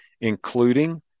including